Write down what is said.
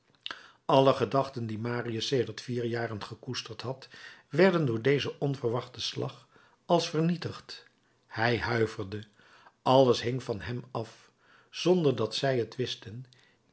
alle gedachten die marius sedert vier jaren gekoesterd had werden door dezen onverwachten slag als vernietigd hij huiverde alles hing van hem af zonder dat zij het wisten